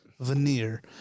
veneer